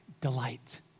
delight